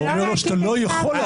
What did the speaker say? אתה לא אומר.